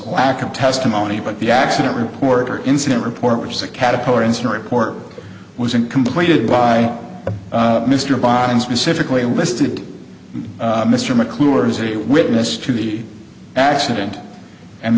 lack of testimony but the accident report or incident report which is a caterpillar incinerate court was in completed by mr bond and specifically listed mr mcclure as a witness to the accident and